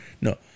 No